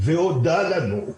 והודה לנו.